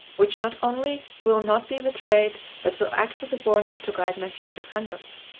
which not only will not be betrayed, but will act as a warning to guide my future conduct.